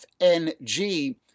FNG